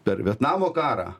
per vietnamo karą